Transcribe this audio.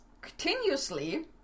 continuously